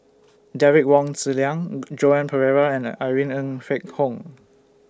Derek Wong Zi Liang Joan Pereira and Irene Ng Phek Hoong